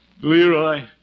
Leroy